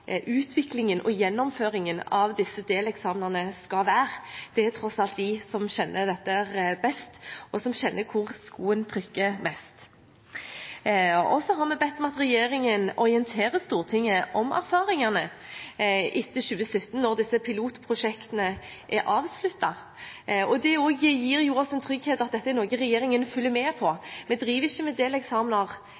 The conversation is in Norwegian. utviklingen og gjennomføringen av disse deleksamenene skal være. Det er tross alt de som kjenner dette best og hvor skoen trykker mest. Vi har bedt regjeringen om å orientere Stortinget om erfaringene etter 2017 når disse pilotprosjektene er avsluttet. Det gir en trygghet om at dette er noe som regjeringen følger med på.